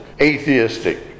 atheistic